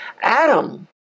Adam